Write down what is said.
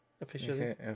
Officially